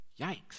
Yikes